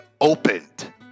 opened